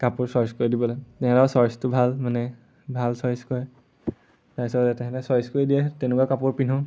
কাপোৰ চইজ কৰি দিবলে সিহঁতৰ চইজটো ভাল মানে ভাল চইজ কৰে তাৰপিছত তেনেহ'লে চইজ কৰি দিয়ে তেনেকুৱা কাপোৰ পিন্ধোঁ